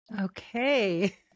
Okay